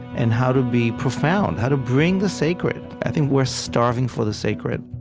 and how to be profound, how to bring the sacred. i think we're starving for the sacred